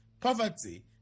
poverty